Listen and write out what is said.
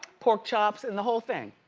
pork chops and the whole thing.